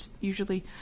usually